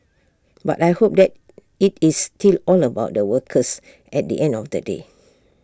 but I hope that IT is still all about the workers at the end of the day